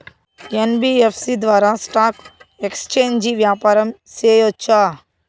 NBFC ద్వారా stock exchange వ్యాపారం సేయొచ్చా?